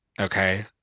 okay